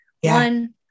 One